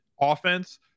offense